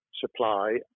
supply